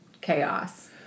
chaos